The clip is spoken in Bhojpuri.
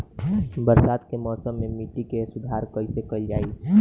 बरसात के मौसम में मिट्टी के सुधार कईसे कईल जाई?